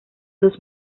dos